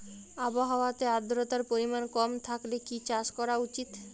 আবহাওয়াতে আদ্রতার পরিমাণ কম থাকলে কি চাষ করা উচিৎ?